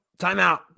timeout